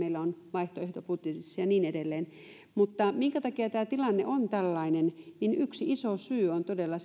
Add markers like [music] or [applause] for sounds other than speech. vaihtoehtobudjetissa ja niin edelleen mutta minkä takia tämä tilanne on tällainen yksi iso syy on todella [unintelligible]